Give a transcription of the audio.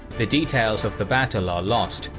the details of the battle are lost,